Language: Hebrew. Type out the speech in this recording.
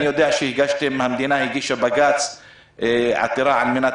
אני יודע שהמדינה הגישה בג"ץ ועתירה על מנת